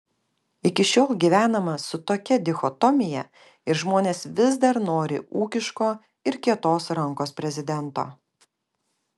iki šiol gyvenama su tokia dichotomija ir žmonės vis dar nori ūkiško ir kietos rankos prezidento